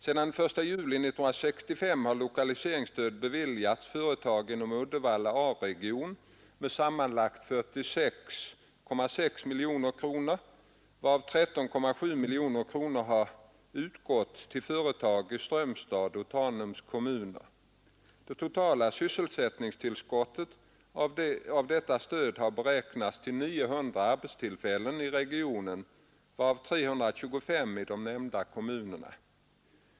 Sedan den 1 juli 1965 har lokaliseringsstöd beviljats företag inom Uddevalla A-region med sammanlagt 46,6 miljoner kronor, varav 13,7 miljoner kronor har utgått till företag i Strömstads och Tanums kommuner. Det totala sysselsättningstillskottet genom detta stöd har beräknats till 900 arbetstillfällen i regionen, varav 325 i de nämnda kommunerna.